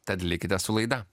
tad likite su laida